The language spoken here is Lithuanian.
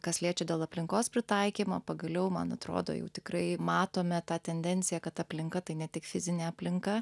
kas liečia dėl aplinkos pritaikymo pagaliau man atrodo jau tikrai matome tą tendenciją kad aplinka tai ne tik fizinė aplinka